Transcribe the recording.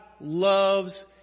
loves